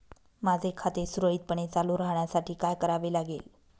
माझे खाते सुरळीतपणे चालू राहण्यासाठी काय करावे लागेल?